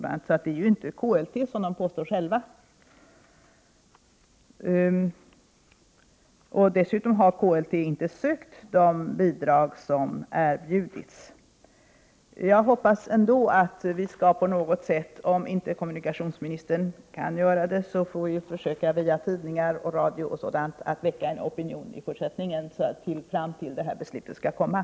Det är inte KLT som skall göra det, vilket de själva påstår. KLT har inte heller sökt de bidrag som erbjudits. Jag hoppas ändå att vi på något sätt — även utan kommunikationsministerns medverkan — genom tidningar och radio kan väcka opinion i fortsättningen fram till dess att beslutet skall fattas.